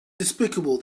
despicable